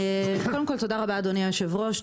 אדוני היושב-ראש,